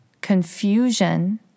confusion